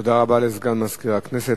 תודה רבה לסגן מזכיר הכנסת.